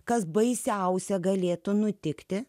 kas baisiausia galėtų nutikti